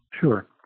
Sure